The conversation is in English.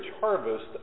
harvest